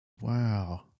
Wow